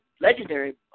legendary